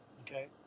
Okay